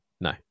No